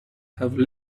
have